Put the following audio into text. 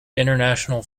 international